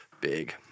big